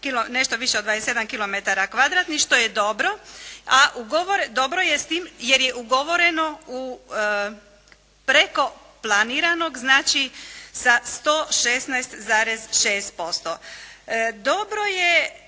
nešto više od 27 kilometara kvadratnih što je dobro, a dobro je s tim jer je ugovoreno preko planiranog, znači sa 116,6%. Dobro je,